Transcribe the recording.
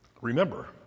Remember